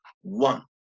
one